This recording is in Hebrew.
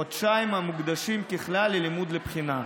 חודשיים המוקדשים, ככלל, ללימוד לבחינה.